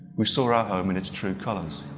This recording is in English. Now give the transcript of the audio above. we saw our home in its true colours.